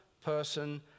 person